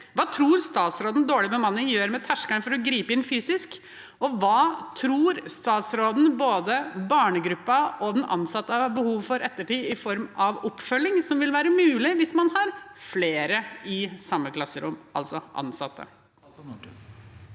Hva tror statsråden dårlig bemanning gjør med terskelen for å gripe inn fysisk? Hva tror statsråden både barnegruppen og den ansatte har behov for i ettertid i form av oppfølging, noe som vil være mulig hvis man har flere ansatte i samme klasserom? Statsråd